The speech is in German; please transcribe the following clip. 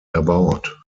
erbaut